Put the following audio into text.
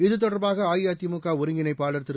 இதுதொடர்பாக அஇஅதிமுக ஒருங்கிணைப்பாளர் திரு